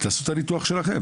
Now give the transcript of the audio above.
ותעשו את הניתוח שלכם.